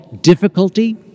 difficulty